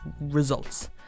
results